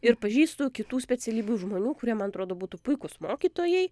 ir pažįstu kitų specialybių žmonių kurie man atrodo būtų puikūs mokytojai